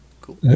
Cool